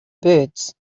birds